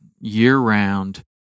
year-round